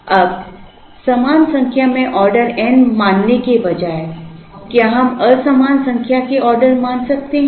अब समान संख्या में ऑर्डर n मानने के बजाय क्या हम असमान संख्या के ऑर्डर मान सकते हैं